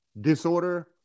disorder